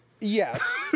Yes